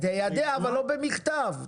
תיידע אבל לא במכתב.